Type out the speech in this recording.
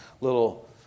little